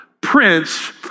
Prince